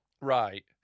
Right